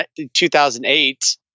2008